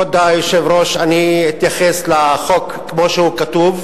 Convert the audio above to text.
כבוד היושב-ראש, אני אתייחס לחוק כמו שהוא כתוב,